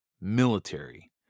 military